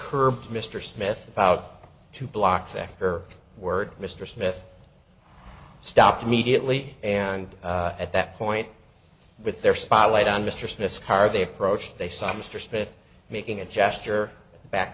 curb mr smith about two blocks after word mr smith stopped immediately and at that point with their spotlight on mr smith's car they approached they saw mr smith making a gesture back